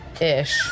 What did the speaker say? ish